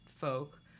folk